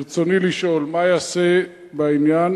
רצוני לשאול: 1. מה ייעשה בעניין?